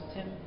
Tim